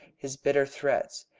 his bitter threats.